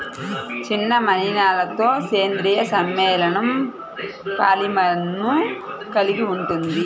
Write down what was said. చిన్న మలినాలతోసేంద్రీయ సమ్మేళనంపాలిమర్లను కలిగి ఉంటుంది